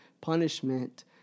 punishment